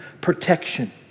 protection